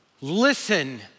Listen